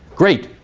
great,